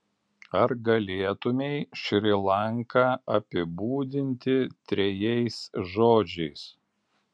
ar galėtumei šri lanką apibūdinti trejais žodžiais